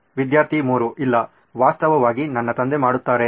ವಿದ್ಯಾರ್ಥಿ 3 ಇಲ್ಲ ವಾಸ್ತವವಾಗಿ ನನ್ನ ತಂದೆ ಮಾಡುತ್ತಾರೆ